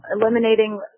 Eliminating